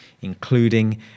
including